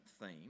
theme